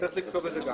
צריך לכתוב את זה.